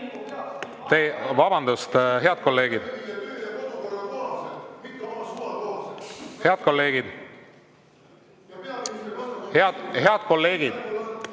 Vabandust, head kolleegid! Head kolleegid! Head kolleegid!